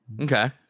Okay